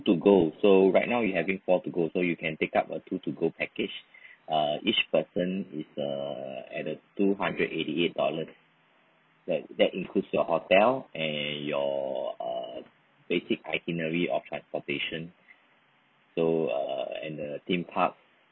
to go so right now you having four to go so you can take up a two two go package uh each person is uh at a two hundred eighty eight dollars like that includes your hotel and you're uh basic itinerary of transportation so uh and a theme park